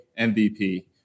MVP